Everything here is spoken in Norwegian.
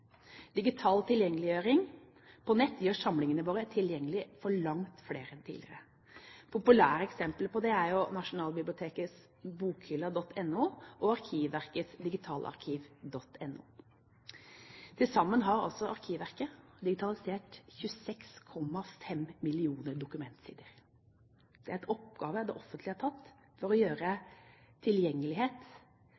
Digital tilgjengeliggjøring på nett gjør samlingene våre tilgjengelige for langt flere enn tidligere. Populære eksempler på det er Nasjonalbibliotekets bokhylla.no og Arkivverkets digitalarkivet.no. Til sammen har Arkivverket digitalisert 26,5 millioner dokumentsider. Det er en oppgave det offentlige har tatt for å gjøre